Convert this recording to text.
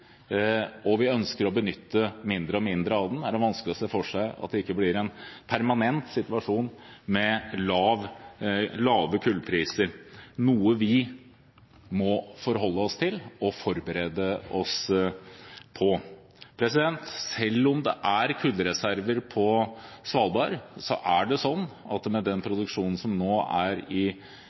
og vi ønsker å benytte mindre og mindre av den. Det er vanskelig å se for seg at det ikke blir en permanent situasjon med lave kullpriser, noe vi må forholde oss til og forberede oss på. Selv om det er kullreserver på Svalbard, er det sånn at med den produksjonen som nå er i